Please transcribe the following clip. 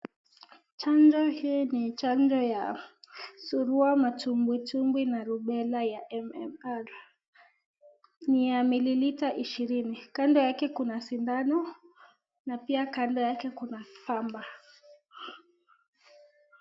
Chanjo hii nni chanjo ya surua, matumbwi tumbwi na rubela ya MMR,ni ya mililita ishirini. Kando yake kuna sindano na pia kando yake kuna kamba.